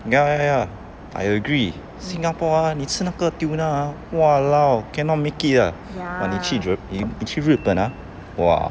ya ya ya I agree singapore ah 妳吃那个 tuna ah !walao! cannot make it ah but 妳去妳去日本 ah !wah!